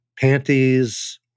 panties